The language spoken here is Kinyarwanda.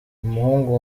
umuhungu